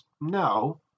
No